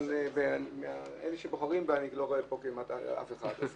וגם מאלה שבוחרים בי אני לא רואה פה כמעט אף אחד.